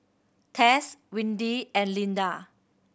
Tess Windy and Linda